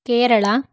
Kerala